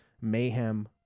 mayhem